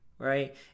Right